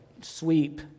sweep